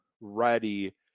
ready